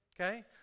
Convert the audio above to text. Okay